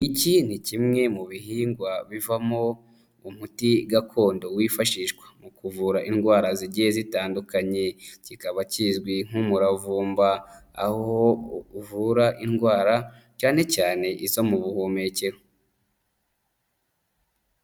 Iki ni kimwe mu bihingwa bivamowo umuti gakondo wifashishwa mu kuvura indwara zigiye zitandukanye, kikaba kizwi nk'umuravumba, aho uvura indwara cyane cyane izo mu buhumekero.